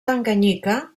tanganyika